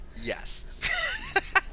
Yes